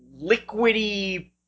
liquidy